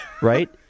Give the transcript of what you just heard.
Right